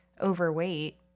overweight